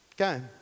Okay